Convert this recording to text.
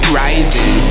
rising